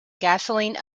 gasoline